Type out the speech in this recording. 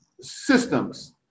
systems